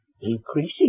increasing